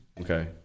Okay